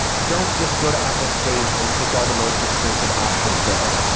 don't just go to apple's page and pick all the most expensive options though.